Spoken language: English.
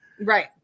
Right